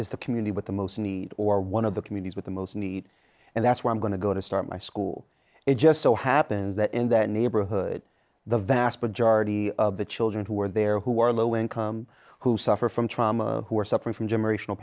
is the community with the most need or one of the communities with the most need and that's where i'm going to go to start my school it just so happens that in the neighborhood the vast majority of the children who are there who are low income who suffer from trauma who are suffering from generational